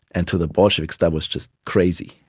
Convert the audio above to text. and to the bolsheviks that was just crazy.